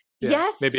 Yes